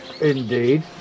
Indeed